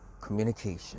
Communication